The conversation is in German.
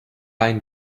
ein